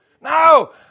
No